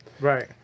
Right